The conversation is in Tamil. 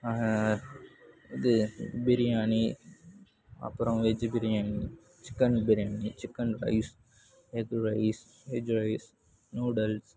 இது பிரியாணி அப்பறம் veg biryani chicken biryani chicken rice egg rice veg rice noodles